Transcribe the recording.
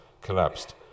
collapsed